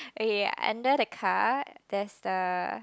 ya and then a car that's the